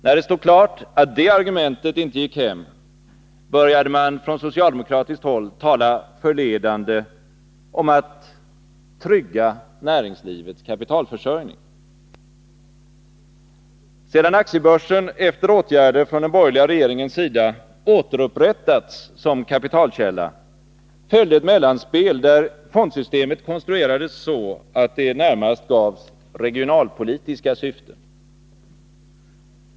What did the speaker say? När det stod klart att det argumentet inte gick hem började man från socialdemokratiskt håll tala förledande om att trygga näringslivets kapitalförsörjning. Sedan aktiebörsen efter åtgärder från den borgerliga regeringens sida återupprättats som kapitalkälla, följde ett mellanspel, där fondsystemet konstruerades så, att det närmast gavs regionalpolitiska syften.